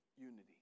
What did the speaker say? Unity